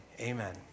Amen